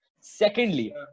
Secondly